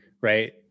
right